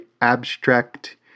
abstract